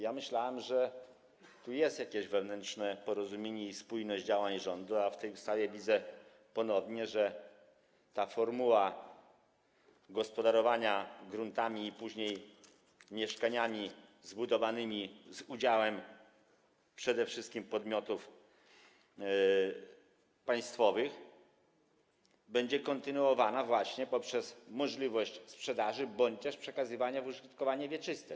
Ja myślałem, że tu jest jakieś wewnętrzne porozumienie i spójność w działaniach rządu, a widzę, że w tej ustawie ponownie ta formuła gospodarowania gruntami i później mieszkaniami zbudowanymi z udziałem przede wszystkim podmiotów państwowych będzie kontynuowana poprzez możliwość sprzedaży bądź też przekazywania w użytkowanie wieczyste.